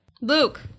Luke